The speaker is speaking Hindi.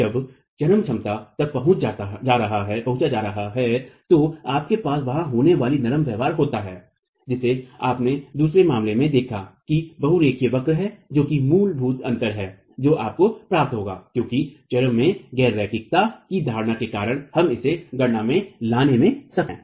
जब चरम क्षमता पर पहुँचा जा रहा है तो आपके पास वहां होने वाला नरम व्यवहार होता है जिसे आपने दूसरे मामले में देखा कि बहु रेखीय वक्र है जो कि मूलभूत अंतर है जो आपको प्राप्त होगा क्योंकि चरम में गैर रेखिकता की धारणा के कारण हम इसे गणना में लाने में सक्षम हैं